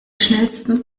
schnellsten